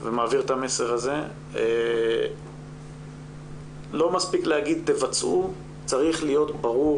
ומעביר את המסר הזה שלא מספיק לומר תבצעו אלא צריך להיות ברור